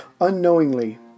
Unknowingly